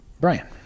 brian